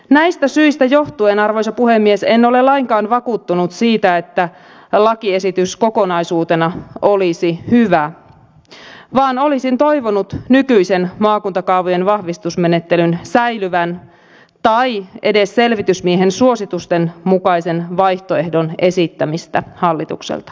näistä syistä johtuen arvoisa puhemies en ole lainkaan vakuuttunut siitä että lakiesitys kokonaisuutena olisi hyvä vaan olisin toivonut nykyisen maakuntakaavojen vahvistusmenettelyn säilyvän tai edes selvitysmiehen suositusten mukaisen vaihtoehdon esittämistä hallitukselta